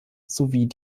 sowie